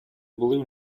balloon